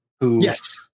Yes